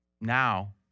Now